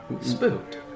spooked